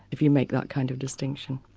if you make that kind of distinction.